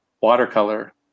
watercolor